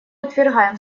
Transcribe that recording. отвергаем